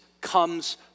comes